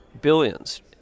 billions